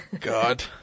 God